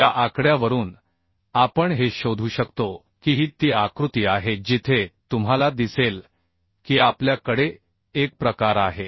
या आकड्यावरून आपण हे शोधू शकतो की ही ती आकृती आहे जिथे तुम्हाला दिसेल की आपल्या कडे एक प्रकार आहे